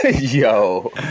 Yo